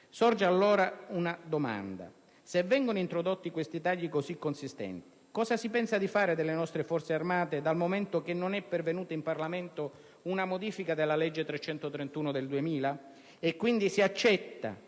Sorge, allora, una domanda: se vengono introdotti questi tagli così consistenti, cosa si pensa di fare delle nostre Forze armate? Non è pervenuta infatti al Parlamento una modifica della legge n. 331 del 2000 e, quindi, si accetta,